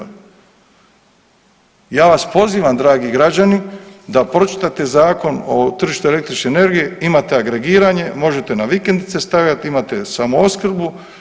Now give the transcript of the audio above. Ja vas pozivam dragi građani da pročitate Zakon o tržištu električne energije, imate agregiranje, možete na vikendice stavljati, imate samo opskrbu.